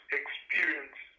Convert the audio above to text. experience